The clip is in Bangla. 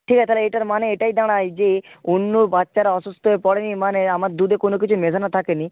ঠিক আছে তাহলে এটার মানে এটাই দাঁড়ায় যে অন্য বাচ্চারা অসুস্থ হয়ে পড়েনি মানে আমার দুধে কোনো কিছু মেশানো থাকেনি